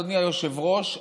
אדוני היושב-ראש,